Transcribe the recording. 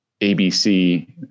ABC